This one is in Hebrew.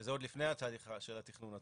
שזה עוד לפני התהליך של התכנון עצמו?